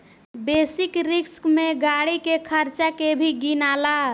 basic risk में गाड़ी के खर्चा के भी गिनाला